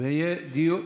דיון